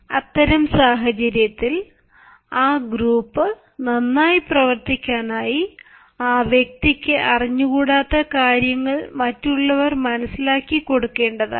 അത്തരം സാഹചര്യത്തിൽ ആ ഗ്രൂപ്പ് നന്നായി പ്രവർത്തിക്കാനായി ഈ വ്യക്തിക്ക് അറിഞ്ഞുകൂടാത്ത കാര്യങ്ങൾ മറ്റുള്ളവർ മനസ്സിലാക്കി കൊടുക്കേണ്ടതാണ്